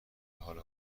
حال